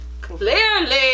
Clearly